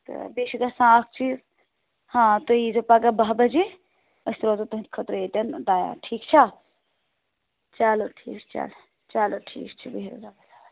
تہٕ بیٚیہِ چھِ گژھان اَکھ چیٖز ہاں تُہۍ یی زیو پَگاہ بَہہ بَجے أسۍ روزو تُہُنٛدِ خٲطرٕ ییٚتٮ۪ن تیار ٹھیٖک چھےٚ چلو ٹھیٖک چھِ چلو ٹھیٖک چھِ بِہِو حظ رۄبَس سوال